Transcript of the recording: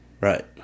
Right